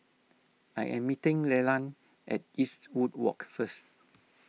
I am meeting Leland at Eastwood Walk first